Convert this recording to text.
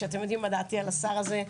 ואתם יודעים מה דעתי על השר הזה,